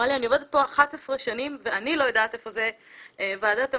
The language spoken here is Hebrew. אמרה לי: אני עובדת פה 11 שנים ואני לא יודעת איפה זה ועדת המדע,